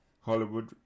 Hollywood